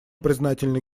признательны